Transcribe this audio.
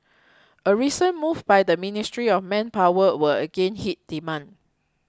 a recent move by the Ministry of Manpower will again hit demand